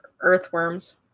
earthworms